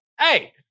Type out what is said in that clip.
hey